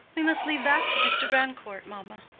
we must leave that to mr. grandcourt, mamma.